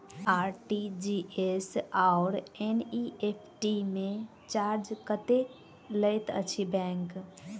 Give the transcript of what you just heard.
RTGS आओर NEFT मे charge कतेक लैत अछि बैंक?